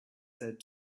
said